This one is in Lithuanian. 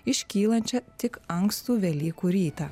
iškylančią tik ankstų velykų rytą